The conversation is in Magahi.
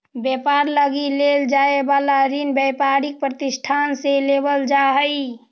व्यापार लगी लेल जाए वाला ऋण व्यापारिक प्रतिष्ठान से लेवल जा हई